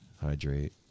hydrate